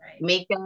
makeup